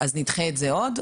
אז נדחה את זה עוד?